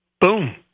boom